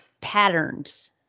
patterns